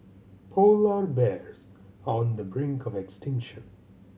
polar bears are on the brink of extinction